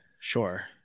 Sure